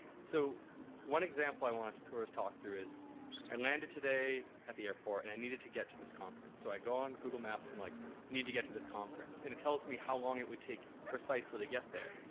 so one example i wanted to first talk through is i landed today at the airport and i needed to get to this conference. so i go on google maps and like need to get to this conference, and it tells me how long it would take precisely to get there,